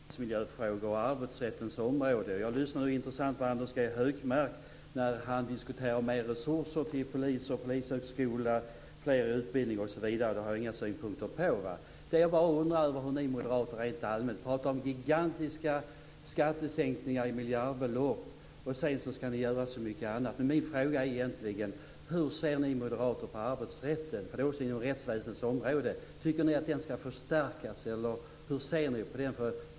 Fru talman! Mitt anförande handlade om arbetsmiljöfrågor och om arbetsrättens område. Jag lyssnade intresserat på Anders G Högmark när han diskuterade mer resurser till polis och polishögskola, fler i utbildning osv. Det har jag inga synpunkter på. Jag undrar bara hur ni moderater vill ha det rent allmänt. Ni pratar om gigantiska skattesänkningar, miljardbelopp, och sedan ska ni göra så mycket annat. Min fråga är egentligen: Hur ser ni moderater på arbetsrätten? Den ligger också inom rättsväsendets område. Tycker ni att den ska förstärkas eller hur ser ni på den?